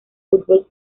fútbol